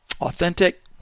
authentic